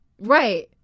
Right